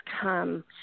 come